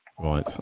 Right